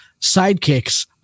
sidekicks